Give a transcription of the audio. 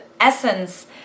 Essence